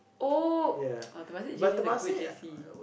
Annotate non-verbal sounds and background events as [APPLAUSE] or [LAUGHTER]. oh [NOISE] uh Temasek-J_C is a good J_C